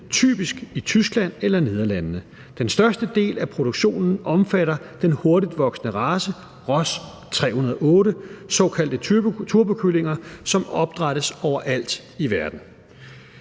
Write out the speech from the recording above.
typisk i Tyskland eller Nederlandene. Den største del af produktionen omfatter den hurtigtvoksende race Ross 308, de såkaldte turbokyllinger, som opdrættes overalt i verden.